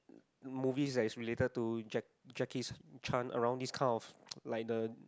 movies that is related to Jack~ Jackie-Chan around this kind of like the